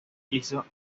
hizo